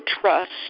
trust